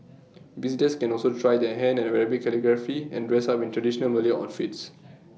visitors can also try their hand at Arabic calligraphy and dress up in traditional Malay outfits